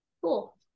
Cool